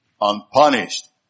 unpunished